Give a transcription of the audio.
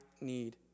need